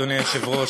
אדוני היושב-ראש,